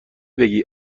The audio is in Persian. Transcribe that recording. بگی